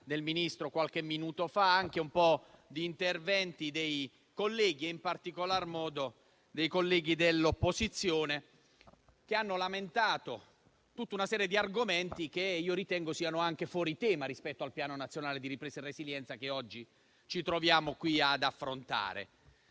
del Ministro qualche minuto fa, ma anche alcuni interventi dei colleghi, in particolar modo dei colleghi dell'opposizione, che hanno lamentato tutta una serie di argomenti che ritengo siano anche fuori tema rispetto al Piano nazionale di ripresa e resilienza, che oggi ci troviamo ad affrontare.